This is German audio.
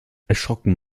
erschrocken